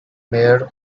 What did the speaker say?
mayor